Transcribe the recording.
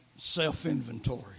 self-inventory